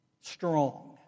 strong